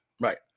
Right